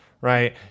right